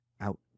out